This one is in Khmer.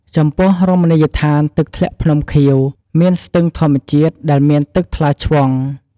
ចំពោះ រមណីយដ្ឋាន «ទឹកធ្លាក់ភ្នំខៀវ» មានស្ទឹងធម្មជាតិដែលមានទឹកថ្លាឆ្វង់ ។